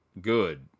good